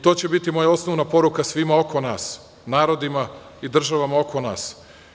To će biti moja osnovna poruka svima oko nas, narodima i državama oko nas.